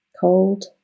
cold